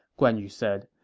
guan yu said.